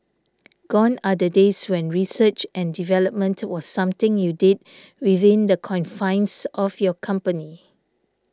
gone are the days when research and development was something you did within the confines of your company